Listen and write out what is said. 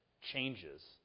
changes